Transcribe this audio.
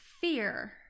fear